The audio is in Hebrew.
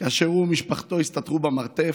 כאשר הוא ומשפחתו הסתתרו במרתף,